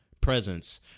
presence